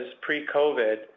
pre-COVID